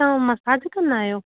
तव्हां मसाज कंदा आहियो